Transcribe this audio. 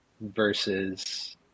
versus